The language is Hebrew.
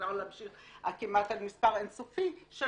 ואפשר להמשיך עד מספר כמעט אין סופי של